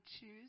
choose